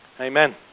Amen